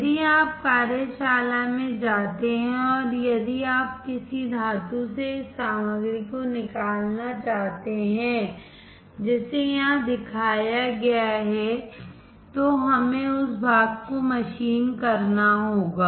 यदि आप कार्यशाला में जाते हैं और यदि आप किसी धातु से इस सामग्री को निकालना चाहते हैं जिसे यहाँ दिखाया गया है तो हमें उस भाग को मशीन करना होगा